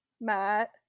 Matt